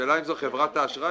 השאלה אם זה חברת האשראי.